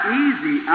easy